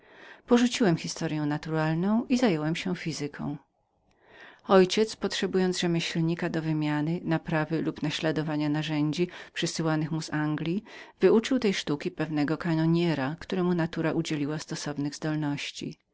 porzuciłem historyę naturalną i zająłem się fizyką mój ojciec potrzebując rzemieślnika do odmieniania naprawy lub naśladowania narzędzi przesyłanych mu z anglji wyuczył tej sztuki jednego kanoniera któremu natura udzieliła stosowne do tego zdolności